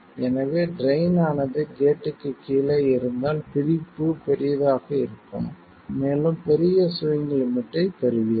எனவே ட்ரைன் ஆனது கேட்க்குக் கீழே இருந்தால் பிரிப்பு பெரியதாக இருக்கும் மேலும் பெரிய ஸ்விங் லிமிட்டைப் பெறுவீர்கள்